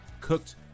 cooked